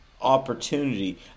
opportunity